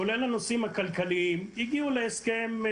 כולל הנושאים הכלכליים, הגיעו להסכם.